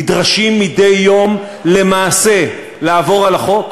נדרשים מדי יום למעשה לעבור על החוק,